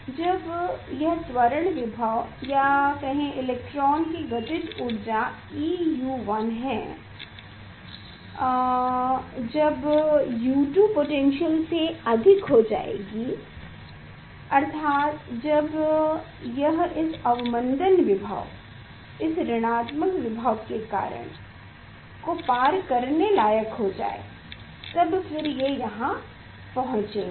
जब यह त्वरण विभव या कहें इलेक्ट्रॉन की गतिज ऊर्जा eU1 है जब U2 पोटैन्श्यल से अधिक हो जाएगी अर्थात जब यह इस अवमंदन विभव इस ऋणात्मक विभव के कारण को पार करने लायक हो जाएगी तब फिर ये यहां तक पहुंचेंगे